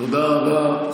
תודה רבה.